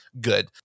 good